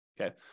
okay